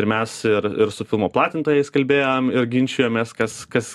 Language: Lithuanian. ir mes ir ir su filmo platintojais kalbėjom ir ginčijomės kas kas